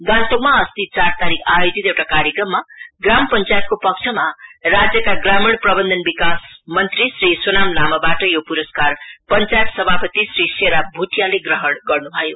गान्तोकमा अस्ति चार तारिख आयोजित एउटा कार्यक्रममा ग्राम पंचायतको पक्षमा राज्यका ग्रामीण प्रबन्धन विकास मंत्री श्री सोनाम लामाबाट यो पुरस्कार पंचायत सभापति श्री शेराब भुटियाले ग्रहण गर्नु भयो